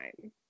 time